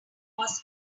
was